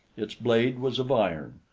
its blade was of iron,